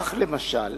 כך, למשל,